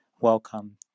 welcome